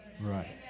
Right